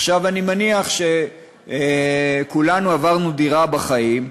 עכשיו, אני מניח שכולנו עברנו דירה בחיים.